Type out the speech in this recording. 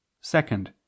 Second